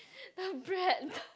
the bread